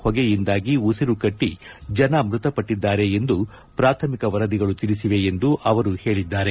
ಹೊಗೆಯಿಂದಾಗಿ ಉಸಿರುಕಟ್ಟಿ ಜನ ಮೃತಪಟ್ಟದ್ದಾರೆ ಎಂದು ಪ್ರಾಥಮಿಕ ವರದಿಗಳು ತಿಳಿಸಿವೆ ಎಂದು ಅವರು ಹೇಳಿದ್ದಾರೆ